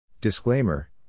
Disclaimer